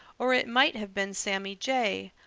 or it might have been sammy jay,